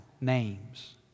names